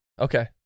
Okay